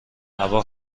هوا